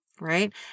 right